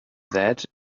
that